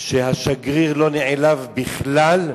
שהשגריר לא נעלב בכלל,